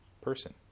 person